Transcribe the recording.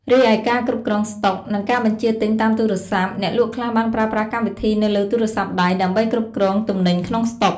រីឯ ការគ្រប់គ្រងស្តុក និងការបញ្ជាទិញតាមទូរសព្ទ អ្នកលក់ខ្លះបានប្រើប្រាស់កម្មវិធីនៅលើទូរសព្ទដៃដើម្បីគ្រប់គ្រងទំនិញក្នុងស្តុក។